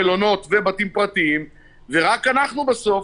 מלונות ובתים פרטיים ורק אנחנו בסוף,